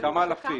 כמה אלפים.